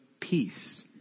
peace